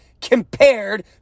compared